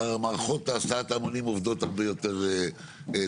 מערכות הסעת ההמונים עובדות הרבה יותר טוב.